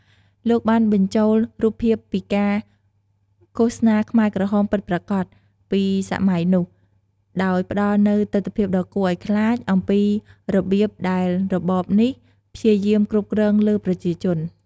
លោកបានបញ្ចូលរូបភាពពីការ ឃោសនាខ្មែរក្រហមពិតប្រាកដ ពីសម័យនោះ ដោយផ្តល់នូវទិដ្ឋភាពដ៏គួរឱ្យខ្លាចអំពីរបៀបដែលរបបនេះព្យាយាមគ្រប់គ្រងលើប្រជាជន។